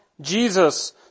Jesus